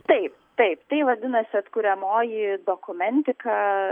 taip taip tai vadinasi atkuriamoji dokumentika